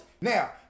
Now